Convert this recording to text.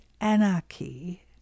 anarchy